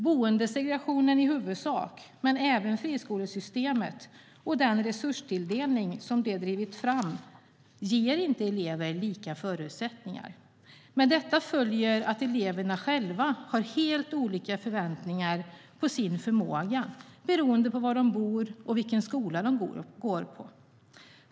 Boendesegregationen i huvudsak men även friskolesystemet och resurstilldelningen som den har drivit fram ger inte elever lika förutsättningar. Med detta följer att eleverna själva har helt olika förväntningar på sin förmåga beroende på var de bor och vilken skola de går i.